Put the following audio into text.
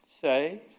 saved